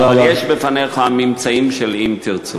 יש בפניך הממצאים שלי, אם תרצה.